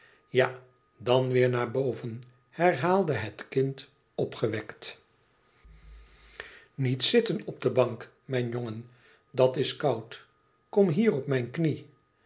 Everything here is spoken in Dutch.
ja dan weêr naar boven herhaalde het kind opgewekt e ids aargang iet zitten op de bank mijn jongen dat is koud kom hier op mijn knie